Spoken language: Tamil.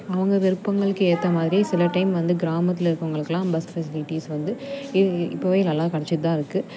அவங்க விருப்பங்களுக்கு ஏற்ற மாதிரியே சில டைம் வந்து கிராமத்தில் இருக்கவங்களுக்குலாம் பஸ் ஃபெஸ்லிட்டிஸ் வந்து ஏ இப்போவே நல்லா கிடச்சிட்டு தான் இருக்கு